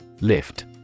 Lift